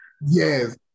Yes